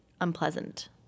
unpleasant